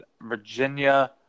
Virginia